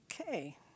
Okay